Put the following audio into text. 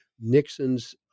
Nixon's